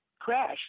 Crash